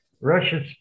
Russia's